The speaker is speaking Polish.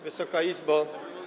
Wysoka Izbo!